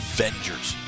Avengers